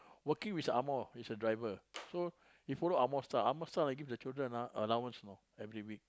working with ang-moh is a driver so he follow ang-moh style ang-moh style give the children ah allowance you know every week